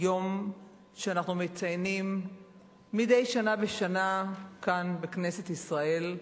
יום שאנחנו מציינים מדי שנה בשנה כאן בכנסת ישראל,